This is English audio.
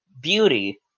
beauty